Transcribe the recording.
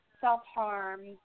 self-harm